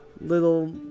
little